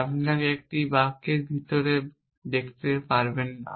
আপনি একটি বাক্যের ভিতরে দেখতে পারবেন না